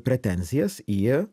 pretenzijas į